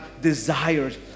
desires